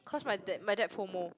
cause my dad my dad FOMO